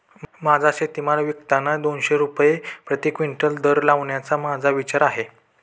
माझा शेतीमाल विकताना दोनशे रुपये प्रति क्विंटल दर लावण्याचा माझा विचार आहे